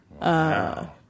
Wow